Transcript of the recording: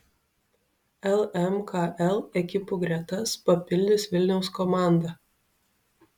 lmkl ekipų gretas papildys vilniaus komanda